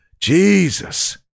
jesus